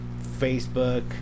Facebook